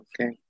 Okay